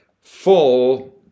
full